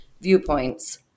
viewpoints